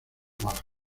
bajas